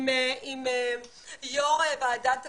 עם יושב ראש ועדת העלייה,